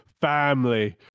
family